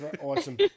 awesome